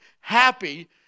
Happy